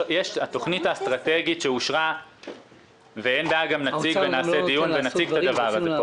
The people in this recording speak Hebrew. התוכנית האסטרטגית שאושרה --- האוצר לא נותן לעשות דברים,